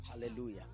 Hallelujah